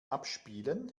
abspielen